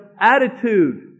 Attitude